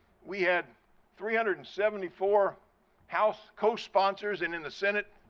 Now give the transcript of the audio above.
we had three hundred and seventy four house co-sponsors and in the senate,